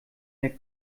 der